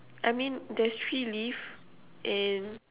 I mean there's three leaf and